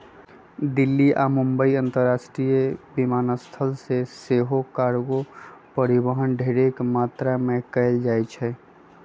दिल्ली आऽ मुंबई अंतरराष्ट्रीय विमानस्थल से सेहो कार्गो परिवहन ढेरेक मात्रा में कएल जाइ छइ